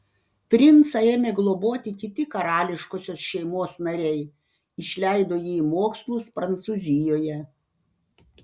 princą ėmė globoti kiti karališkosios šeimos nariai išleido jį į mokslus prancūzijoje